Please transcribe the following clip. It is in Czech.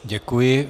Děkuji.